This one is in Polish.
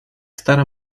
stara